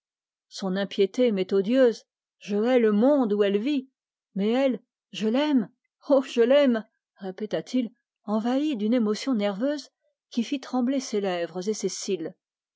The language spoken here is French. son impiété m'est odieuse je hais le monde où elle vit mais elle je l'aime oh je l'aime répéta-t-il envahi d'une émotion qui fit trembler ses lèvres et ses cils